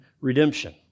redemption